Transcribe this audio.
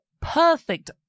Perfect